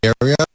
area